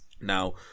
Now